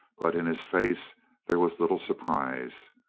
but in his face there was little surprise.